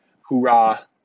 hoorah